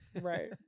right